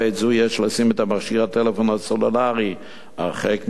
בעת זו יש לשים את מכשיר הטלפון הסלולרי הרחק מהגוף,